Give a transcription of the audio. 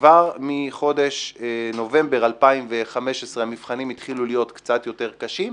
וכבר מחודש נובמבר 2015 המבחנים התחילו להיות קצת יותר קשים,